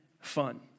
fun